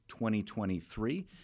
2023